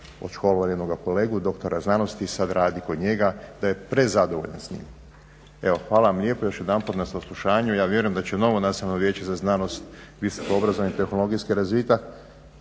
odškolovali jednoga kolegu i doktora znanosti, da sad radi kod njega, da je prezadovoljan s njim. Evo, hvala vam lijepo još jedan put na saslušanju. Ja vjerujem da će novo Nacionalno vijeće za znanost i visoko obrazovni tehnologijski razvitak